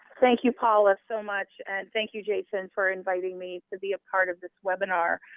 thank you paula so much, and thank you jason for inviting me to be a part of this webinar.